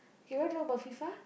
ok you wanna talk about FIFA